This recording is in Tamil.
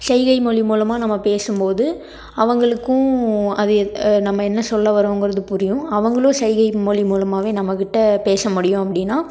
ஷைகை மொழி மூலமாக நம்ம பேசும் போது அவங்களுக்கும் அதே நம்ம என்ன சொல்ல வரோங்கிறது புரியும் அவங்களும் ஷைகை மொழி மூலமாவே நம்மகிட்ட பேச முடியும் அப்படின்னா